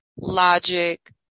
logic